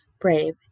brave